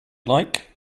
like